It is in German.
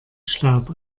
staub